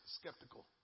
skeptical